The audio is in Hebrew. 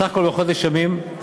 בסך הכול חודש ימים.